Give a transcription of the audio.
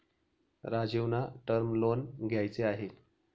राजीवना term loan घ्यायचे आहे